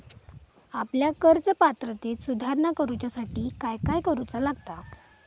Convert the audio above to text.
आपल्या कर्ज पात्रतेत सुधारणा करुच्यासाठी काय काय करूचा लागता?